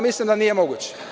Mislim da nije moguće.